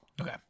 Okay